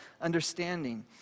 understanding